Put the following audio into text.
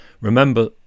remember